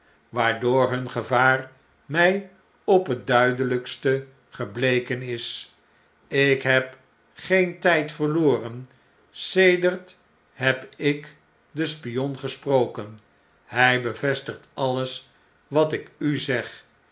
waardoor hun gevaar my op hetduiaelijkste gebleken is ik heb geen tijd verloren sedert heb ik den spion gesproken hij bevestigt alles wat ik u zeg